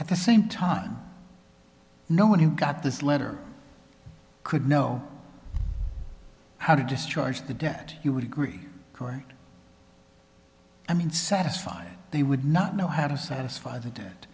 at the same time no one who got this letter could know how to discharge the debt you would agree court i mean satisfied they would not know how to satisfy th